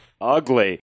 ugly